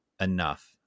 enough